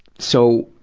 so,